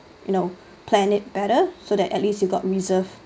you know plan it better so that at least you got reserve